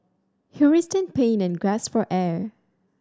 he writhed in pain and gasped for air